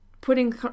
putting